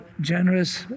generous